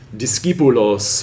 discipulos